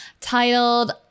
titled